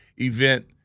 event